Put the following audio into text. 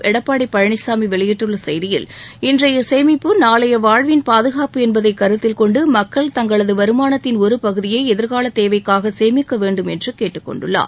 எடப்பாடி பழனிசாமி வெளியிட்டுள்ள செய்தியில் இன்றைய சேமிப்பு நாளைய வாழ்வின் பாதுகாப்பு என்பதை கருத்தில் கொண்டு மக்கள் தங்களது வருமானத்தின் ஒரு பகுதியை எதிர்காலத் தேவைக்காக சேமிக்க வேண்டும் என்று கேட்டுக்கொண்டுள்ளார்